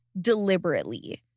deliberately